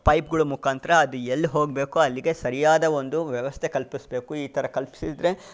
ಪೈಪ್ಗಳ ಮುಖಾಂತರ ಅದು ಎಲ್ಲಿ ಹೋಗಬೇಕೋ ಅಲ್ಲಿಗೆ ಸರಿಯಾದ ಒಂದು ವ್ಯವಸ್ಥೆ ಕಲ್ಪಿಸಬೇಕು ಈ ಥರ ಕಲ್ಪಿಸಿದ್ರೆ